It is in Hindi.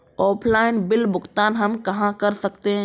ऑफलाइन बिल भुगतान हम कहां कर सकते हैं?